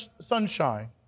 sunshine